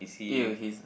!eww! he's